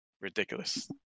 ridiculous